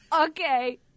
okay